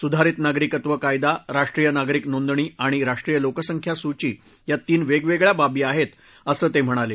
सुधारित नागरिकत्व कायदा राष्ट्रीय नागरिक नोंदणी आणि राष्ट्रीय लोकसंख्या सूची या तीन वेगवेगळया बाबी आहेत असं ते म्हणाले